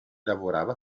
lavorava